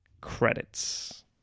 Credits